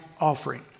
offering